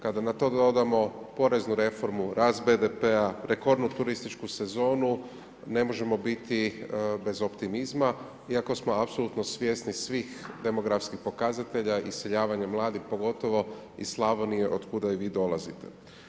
Kada na to dodamo poreznu reformu, rast BDP-a, rekordnu turističku sezonu, ne možemo biti bez optimizma, iako smo apsolutno svjesni svih demografskih pokazatelja iseljavanja mladih, pogotovo iz Slavonije, od kuda i vi dolazite.